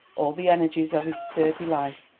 all the energies of sturdy life,